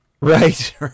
Right